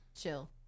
Chill